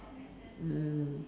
mm